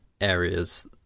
areas